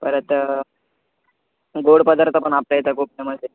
परत गोड पदार्थ पण आपल्या इथं खूप फेमस आहे